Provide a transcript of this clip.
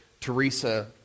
Teresa